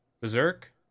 Berserk